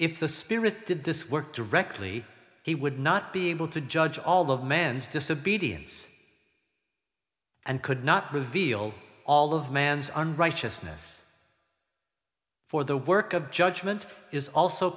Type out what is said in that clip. if the spirit did this work directly he would not be able to judge all of man's disobedience and could not reveal all of man's on righteousness for the work of judgment is also